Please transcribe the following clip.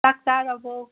ꯆꯥꯛ ꯆꯥꯔꯕꯣ